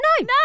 No